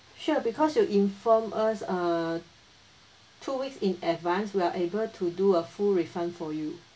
sure because you inform us err two weeks in advance we are able to do a full refund for you